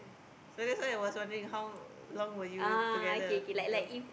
so that's why I was wondering how long were you together until